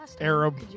Arab